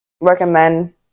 recommend